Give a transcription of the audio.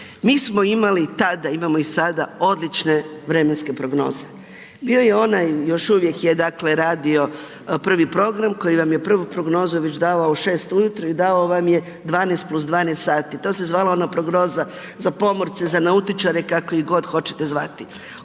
Mi smo imali tada, imamo i sada odlične vremenske prognoze. Bio je onaj još uvijek je dakle radio prvi program koji vam je prvu prognozu već davao u 6 ujutro i davao vam je 12 + 12 sati, to se zvala ona prognoza za pomorce za nautičare kako ih god hoćete zvati.